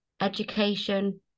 education